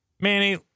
Manny